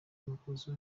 amakosa